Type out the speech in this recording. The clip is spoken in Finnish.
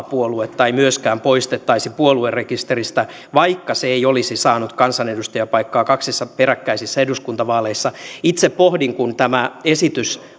puoluetta ei myöskään poistettaisi puoluerekisteristä vaikka se ei olisi saanut kansanedustajapaikkaa kaksissa peräkkäisissä eduskuntavaaleissa itse pohdin kun tämä esitys